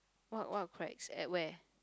what what cracks at where